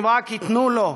אם רק ייתנו לו,